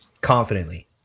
Confidently